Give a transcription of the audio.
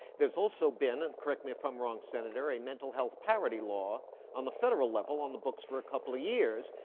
there's also been and correct me if i'm wrong, senator a mental health parity law on the federal level on the books for a couple of years,